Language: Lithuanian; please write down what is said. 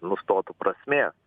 nustotų prasmės